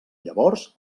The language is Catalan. llavors